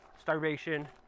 starvation